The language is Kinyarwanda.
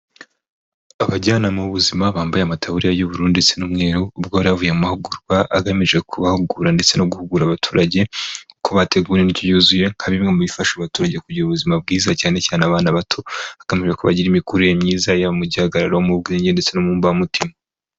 Abajyanama b'ubuzima bambaye amataburiya y'ubururu ndetse n'umweru, ubwo bari yavuye mu mahugurwa agamije kubahugura ndetse no guhugura abaturage uko bategura indyo yuzuye nka bimwe mu bifasha abaturage kugira ubuzima bwiza cyane cyane abana bato. Hagamijwe ko bagira imikurire myiza yaba mu gihagararo mu bwenge ndetse no mu mbamutima.